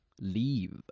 leave